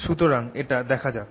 সুতরাং এটা দেখা যাক